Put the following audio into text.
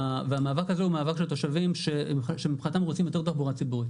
והמאבק הזה הוא מאבק של התושבים שמבחינתם רוצים יותר תחבורה ציבורית.